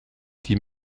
die